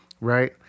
Right